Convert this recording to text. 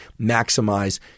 maximize